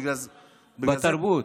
בגלל זה --- בתרבות.